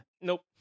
nope